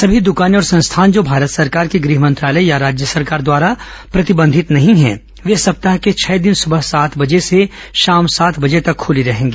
सभी दुकानें और संस्थान जो भारत सरकार के गृह मंत्रालय या राज्य सरकार द्वारा प्रतिबंधित नहीं हैं वे सप्ताह के छह दिन सुबह सात बजे से शाम सात बजे तक खूली रहेगी